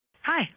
Hi